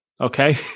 Okay